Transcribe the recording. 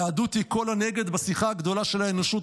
היהדות היא קול הנגד בשיחה הגדולה של האנושות,